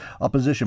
opposition